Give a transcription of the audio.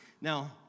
Now